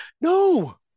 No